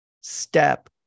step